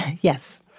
Yes